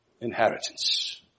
Inheritance